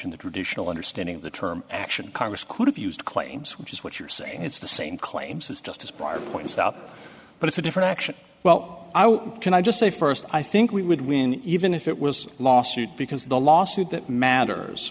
in the traditional understanding of the term action congress could have used claims which is what you're saying it's the same claims as justice prior points out but it's a different action well can i just say first i think we would win even if it was a lawsuit because the lawsuit that matters